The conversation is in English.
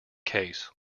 case